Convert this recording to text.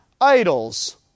idols